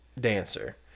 dancer